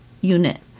unit